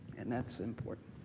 and that's important.